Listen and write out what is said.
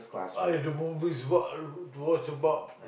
!aiyo! the movies what are you to watch about